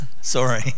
Sorry